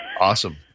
Awesome